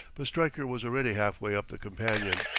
but stryker was already half-way up the companion.